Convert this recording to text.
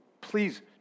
please